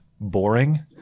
boring